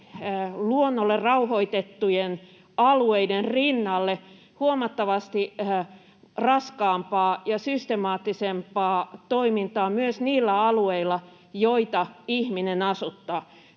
luonnolle rauhoitettujen alueiden rinnalle huomattavasti raskaampaa ja systemaattisempaa toimintaa myös niillä alueilla, joita ihminen asuttaa.